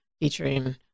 featuring